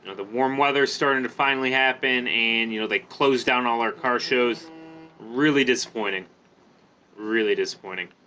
the warm weather is starting to finally happen and you know they closed down all our car shows really disappointing really disappointing